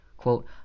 Quote